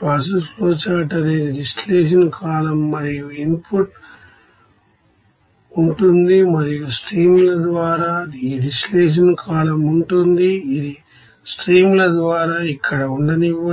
process flowchart అనేది distillation column మరియు input ఉంటుంది మరియు స్ట్రీమ్ ల ద్వారా ఈ డిస్టిలేషన్ కాలమ్ ఉంటుంది ఇది స్ట్రీమ్ ల ద్వారా ఇక్కడ ఉండనివ్వండి